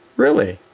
really,